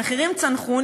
המחירים צנחו,